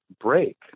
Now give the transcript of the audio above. break